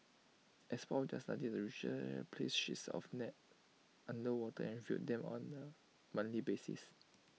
as part of their study the researcher place sheets of net underwater and review them on A monthly basis